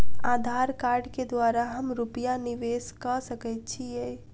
आधार कार्ड केँ द्वारा हम रूपया निवेश कऽ सकैत छीयै?